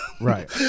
right